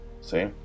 see